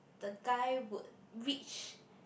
the guy would reach